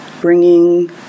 bringing